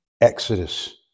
Exodus